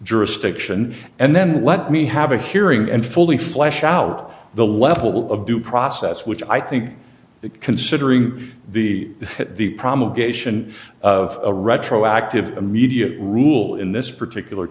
jurisdiction and then let me have a hearing and fully flesh out the level of due process which i think considering the at the promulgated been of a retroactive immediate rule in this particular